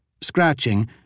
scratching